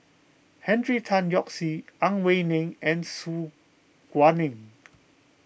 Henry Tan Yoke See Ang Wei Neng and Su Guaning